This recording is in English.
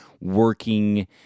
working